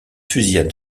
fusillade